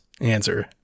answer